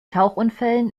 tauchunfällen